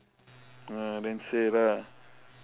ah then say lah